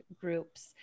groups